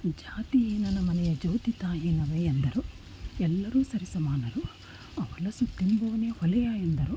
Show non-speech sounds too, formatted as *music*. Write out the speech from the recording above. ಜಾತಿ ನನ್ನ ಮನೆಯ ಜ್ಯೋತಿ ತಾಯಿ *unintelligible* ಎಂದರು ಎಲ್ಲರೂ ಸರಿ ಸಮಾನರು ಹೊಲಸು ತಿಂಬುವನೆ ಹೊಲೆಯ ಎಂದರು